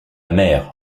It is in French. mère